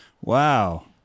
Wow